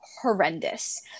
horrendous